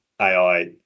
ai